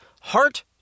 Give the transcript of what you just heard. Heart